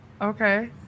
okay